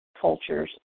cultures